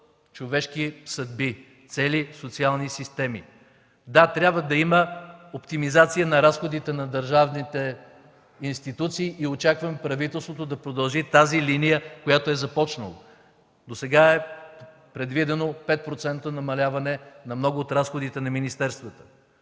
човешки съдби, цели социални системи. Да, трябва да има оптимизация на разходите на държавните институции и очаквам правителството да продължи тази линия, която е започнало. Досега е предвидено 5% намаляване на много от разходите на министерствата,